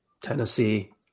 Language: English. Tennessee